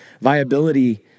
viability